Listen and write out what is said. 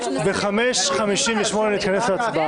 בשעה 11:58 נתכנס להצבעה.